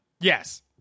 Yes